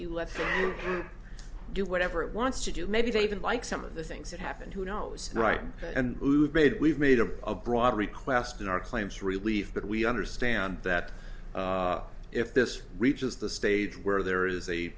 you let them do whatever it wants to do maybe they even like some of the things that happened who knows right and made we've made a broad request in our claims relief but we understand that if this reaches the stage where there is a